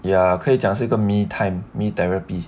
也可以讲是一个 me time me therapy